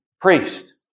priest